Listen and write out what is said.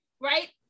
right